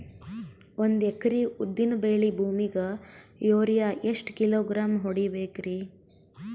ಒಂದ್ ಎಕರಿ ಉದ್ದಿನ ಬೇಳಿ ಭೂಮಿಗ ಯೋರಿಯ ಎಷ್ಟ ಕಿಲೋಗ್ರಾಂ ಹೊಡೀಬೇಕ್ರಿ?